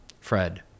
Fred